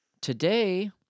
today